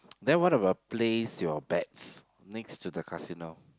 then what about placed you bets next to the casino